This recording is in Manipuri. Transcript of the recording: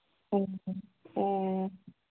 ꯑꯣ ꯑꯣ